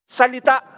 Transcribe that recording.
salita